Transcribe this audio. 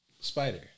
Spider